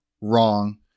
wrong